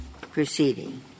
proceeding